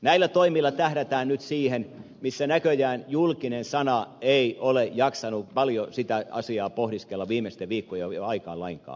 näillä toimilla tähdätään nyt siihen mitä asiaa näköjään julkinen sana ei ole jaksanut paljon pohdiskella viimeisten viikkojen aikaan lainkaan